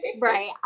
right